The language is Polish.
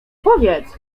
powiedz